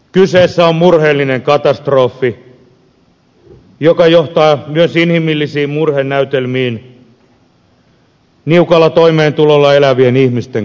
kyseessä on murheellinen katastrofi joka johtaa myös inhimillisiin murhenäytelmiin niukalla toimeentulolla elävien ihmisten keskuudessa